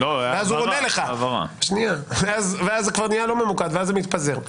ואז הוא עונה לך ואז זה נהיה לא ממוקד ואז זה מתפזר.